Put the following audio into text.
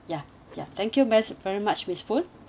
ya ya thank you very much miss poon